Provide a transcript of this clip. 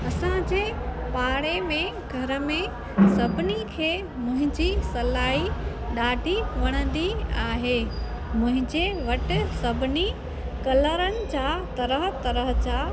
असांजे पाड़े में घर में सभिनी खे मुंहिंजी सिलाई ॾाढी वणंदी आहे मुंहिंजे वटि सभिनी कलरनि जा तरह तरह जा